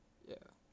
ya